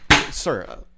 Sir